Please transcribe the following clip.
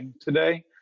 today